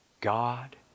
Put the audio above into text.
God